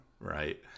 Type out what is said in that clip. Right